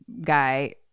guy